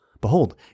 Behold